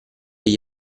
gli